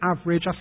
average